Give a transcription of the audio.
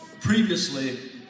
previously